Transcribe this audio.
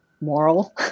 moral